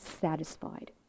satisfied